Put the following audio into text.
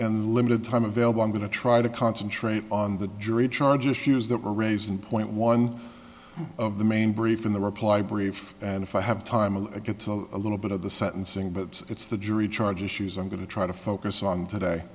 and limited time available i'm going to try to concentrate on the jury charges shoes that were raised in point one of the main brief in the reply brief and if i have time i'll get to a little bit of the sentencing but it's the jury charge issues i'm going to try to focus on today